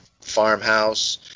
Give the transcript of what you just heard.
farmhouse